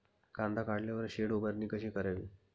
कांदा काढल्यावर शेड उभारणी कशी करावी?